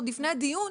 עוד לפני הדיון,